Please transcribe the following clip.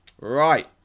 Right